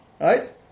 Right